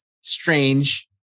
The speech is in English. strange